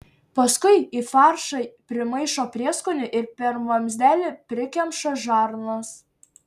paskui į faršą primaišo prieskonių ir per vamzdelį prikemša žarnas